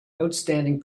outstanding